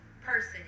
person